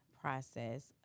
process